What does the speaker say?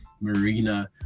marina